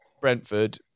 Brentford